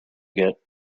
get